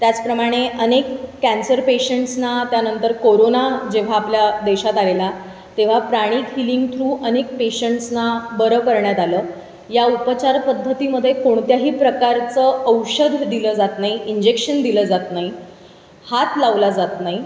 त्याचप्रमाणे अनेक कॅन्सर पेशंट्सना त्यानंतर कोरोना जेव्हा आपल्या देशात आलेला तेव्हा प्राणिक हिलिंग थ्रू अनेक पेशंट्सना बरं करण्यात आलं या उपचारपद्धतीमध्ये कोणत्याही प्रकारचं औषध दिलं जात नाही इंजेक्शन दिलं जात नाही हात लावला जात नाही